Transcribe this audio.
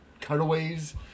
cutaways